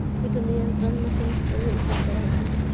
किट नियन्त्रण मशिन से भी उपयोग कर हखिन?